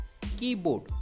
keyboard